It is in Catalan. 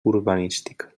urbanística